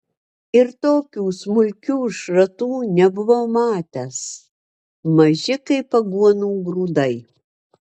ir tokių smulkių šratų nebuvau matęs maži kaip aguonų grūdai